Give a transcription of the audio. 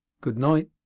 good-night